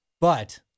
but-